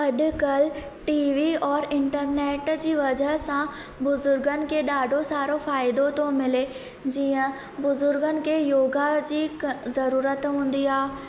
अॼुकल्ह T V और internet जी वजह सां बुज़ुर्गनि खे ॾाढो सारो फ़ाइदो थो मिले जीअं बुज़ुर्गनि खे योगा जी ज़रूरत हूंदी आहे या फिर